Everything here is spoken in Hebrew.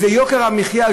זה יוקר המחיה,